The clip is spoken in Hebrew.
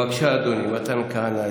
בבקשה, אדוני, מתן כהנא.